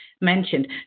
mentioned